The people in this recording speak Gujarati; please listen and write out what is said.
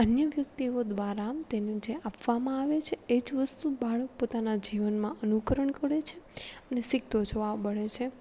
અન્ય વ્યક્તિઓ દ્વારા તેનું જે આપવામાં આવે છે એ જ વસ્તુ બાળક પોતાના જીવનમાં અનુકરણ કરે છે અને શીખતો જોવા મળે છે